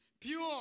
Pure